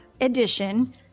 edition